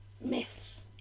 myths